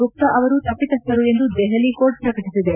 ಗುಪ್ತಾ ಅವರು ತಪ್ಪಿತಸ್ವರು ಎಂದು ದೆಹಲಿ ಕೋರ್ಟ್ ಪ್ರಕಟಿಸಿದೆ